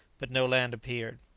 but no land appeared.